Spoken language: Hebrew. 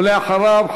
ולאחריו,